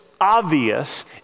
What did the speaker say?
obvious